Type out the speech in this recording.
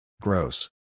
Gross